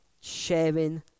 sharing